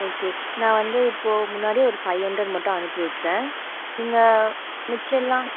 okay நான் வந்து இப்போது முன்னாடி ஒரு ஃபைவ் ஹண்ட்ரேட் மட்டும் அனுப்பி வைக்கிறேன் நீங்கள் மிச்சம் எல்லாம்